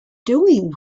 doing